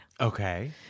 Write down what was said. Okay